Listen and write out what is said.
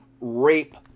rape